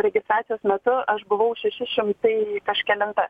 registracijos metu aš buvau šeši šimtai kažkelinta